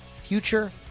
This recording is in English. future